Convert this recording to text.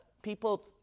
People